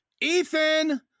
Ethan